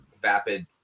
vapid